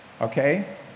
Okay